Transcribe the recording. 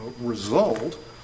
result